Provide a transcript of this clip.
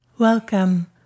Welcome